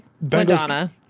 Madonna